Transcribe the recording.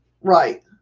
Right